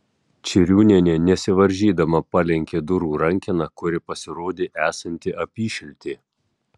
čirūnienė nesivaržydama palenkė durų rankeną kuri pasirodė esanti apyšiltė